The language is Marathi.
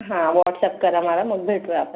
हा व्हॉटस्ॲप करा मला मग भेटूया आपण